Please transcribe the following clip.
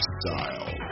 style